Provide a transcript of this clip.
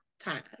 time